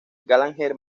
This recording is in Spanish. gallagher